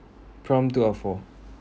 prompt two or four